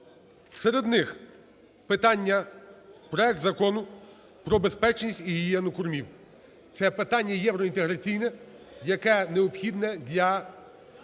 серед них питання: проект Закону про безпечність та гігієну кормів, це питання євроінтеграційне, яке необхідне для виконання